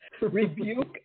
rebuke